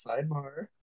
Sidebar